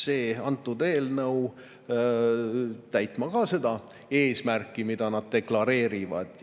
see eelnõu täitma seda eesmärki, mida nad deklareerivad.